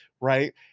right